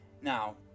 now